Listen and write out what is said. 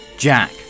Jack